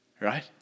right